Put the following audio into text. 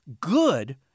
good